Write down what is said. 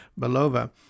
Belova